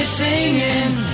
singing